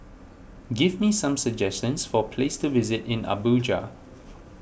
give me some suggestions for places to visit in Abuja